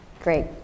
Great